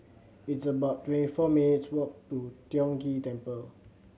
it's about twenty four minutes' walk to Tiong Ghee Temple